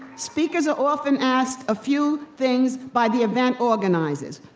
speakers are often asked a few things by the event organizers.